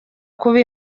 kuba